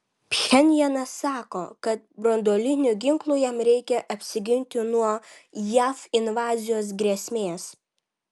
pchenjanas sako kad branduolinių ginklų jam reikia apsiginti nuo jav invazijos grėsmės